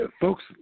Folks